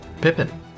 Pippin